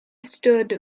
stood